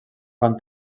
quan